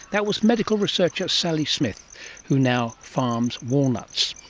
that was medical researcher sally smith who now farms walnuts.